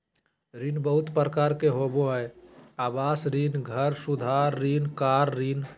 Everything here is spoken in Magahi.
ऋण बहुत प्रकार के होबा हइ आवास ऋण, घर सुधार ऋण, कार ऋण